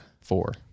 Four